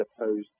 opposed